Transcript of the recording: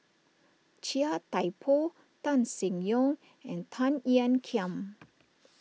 Chia Thye Poh Tan Seng Yong and Tan Ean Kiam